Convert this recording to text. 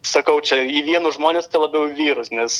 sakau čia į vienus žmones tai labiau į vyrus nes